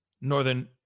Northern